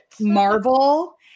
Marvel